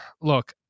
look